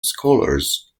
scholars